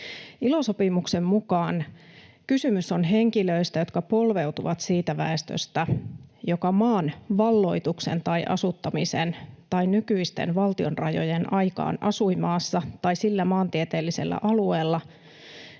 ILO-sopimuksen mukaan kysymys on henkilöistä, jotka polveutuvat siitä väestöstä, joka maan valloituksen tai asuttamisen tai nykyisten valtionrajojen aikaan asui maassa tai sillä maantieteellisellä alueella,